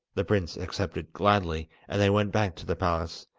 the prince accepted gladly, and they went back to the palace,